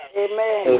amen